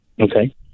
Okay